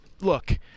Look